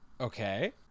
Okay